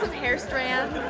hair strands.